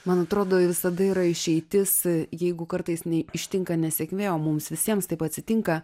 man atrodo visada yra išeitis jeigu kartais ne ištinka nesėkmė o mums visiems taip atsitinka